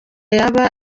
yaba